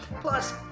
Plus